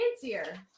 fancier